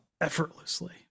effortlessly